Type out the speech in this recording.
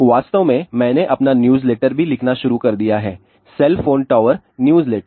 वास्तव में मैंने अपना न्यूज़लेटर भी लिखना शुरू कर दिया है सेल फोन टॉवर न्यूज़लेटर